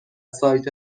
سایت